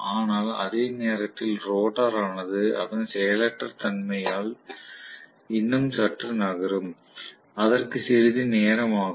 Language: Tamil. ஆனால் அதே நேரத்தில் ரோட்டார் ஆனது அதன் செயலற்ற தன்மையால் இன்னும் சற்று நகரும் அதற்கு சிறிது நேரம் ஆகும்